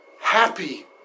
happy